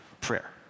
prayer